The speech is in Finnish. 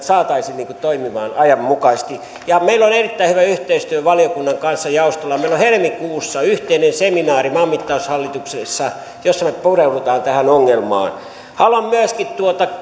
saataisiin toimimaan ajanmukaisesti meillä jaostolla on erittäin hyvä yhteistyö valiokunnan kanssa meillä on helmikuussa yhteinen seminaari maanmittaushallituksessa jossa me pureudumme tähän ongelmaan haluan myöskin